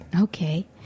Okay